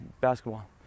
basketball